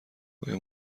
آیا